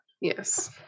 yes